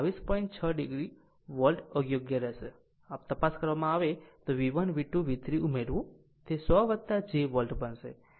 6 o volt યોગ્ય રહેશે જો તપાસ કરવામાં આવે તો V1 V2 V3 ઉમેરવું તે 100 j વોલ્ટ બનશે